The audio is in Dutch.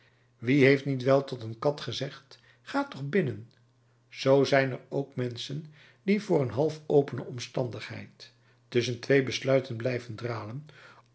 wie heeft wel niet tot een kat gezegd ga toch binnen zoo zijn er ook menschen die voor een half opene omstandigheid tusschen twee besluiten blijven dralen